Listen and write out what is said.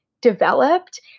developed